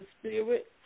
spirit